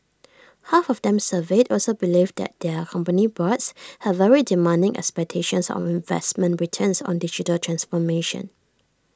half of them surveyed also believed that their company boards had very demanding expectations of investment returns on digital transformation